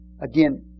Again